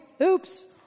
Oops